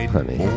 Honey